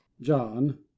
john